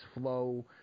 flow